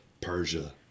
Persia